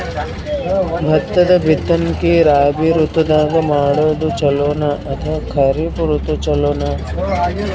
ಭತ್ತದ ಬಿತ್ತನಕಿ ರಾಬಿ ಋತು ದಾಗ ಮಾಡೋದು ಚಲೋನ ಅಥವಾ ಖರೀಫ್ ಋತು ಚಲೋನ?